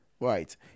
Right